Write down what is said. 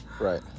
Right